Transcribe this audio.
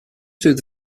through